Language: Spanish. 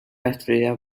destruida